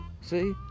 See